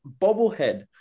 bobblehead